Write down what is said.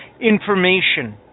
information